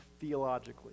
theologically